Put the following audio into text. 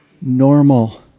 normal